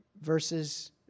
verses